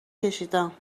کشیدم